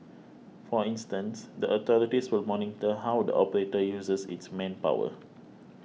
for instance the authorities will monitor how the operator uses its manpower